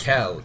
Cal